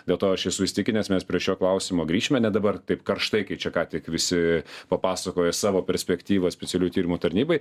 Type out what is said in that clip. dėl to aš esu įsitikinęs mes prie šio klausimo grįšime ne dabar taip karštai kaip čia ką tik visi papasakojo savo perspektyvą specialiųjų tyrimų tarnybai